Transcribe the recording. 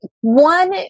one